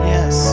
Yes